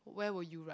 where were you ah